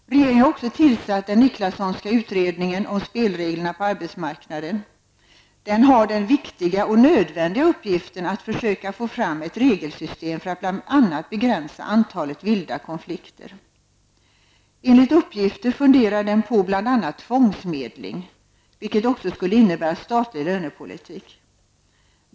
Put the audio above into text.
Regeringen har också tillsatt den Nicklassonska utredningen om spelreglerna på arbetsmarknaden. Den har den viktiga och nödvändiga uppgiften att försöka få fram ett regelsystem för att bl.a. begränsa antalet vilda konflikter. Enligt uppgifter funderar den på bl.a. tvångsmedling, vilket också skulle innebära statlig lönepolitik.